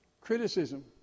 criticism